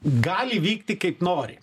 gali vykti kaip nori